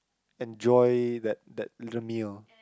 enjoy that that little meal